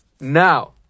Now